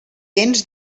dents